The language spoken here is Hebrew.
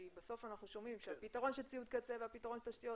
כי בסוף אנחנו שומעים שהפתרון של ציוד קצה והפתרון של תשתיות,